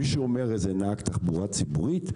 מישהו אומר איזה נהג תחבורה ציבורית?